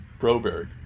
Broberg